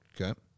Okay